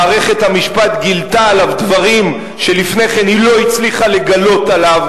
מערכת המשפט גילתה עליו דברים שלפני כן היא לא הצליחה לגלות עליו,